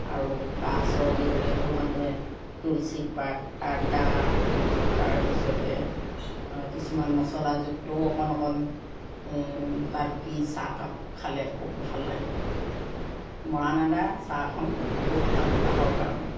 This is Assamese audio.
আৰু কাহ চৰ্দি হ'লেতো মানুহে তুলসী পাত আদা তাৰপিছতে কিছুমান মছলাযুক্তও অকণ অকণ তাত দি চাহকাপ খালে খুব ভাল লাগে মৰাণ আদা চাহকণ বহুত ভাল কাহৰ কাৰণে